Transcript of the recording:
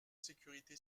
sécurité